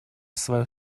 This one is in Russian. свое